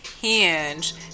hinge